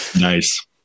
Nice